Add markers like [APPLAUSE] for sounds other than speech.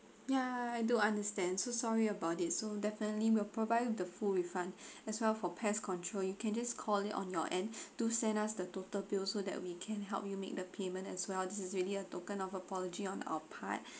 ya I do understand so sorry about it so definitely will provide the full refund [BREATH] as well for pest control you can just call it on your end [BREATH] do send us the total bill so that we can help you make the payment as well this is really a token of apology on our part [BREATH]